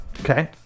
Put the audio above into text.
Okay